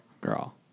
Girl